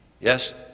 Yes